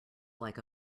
like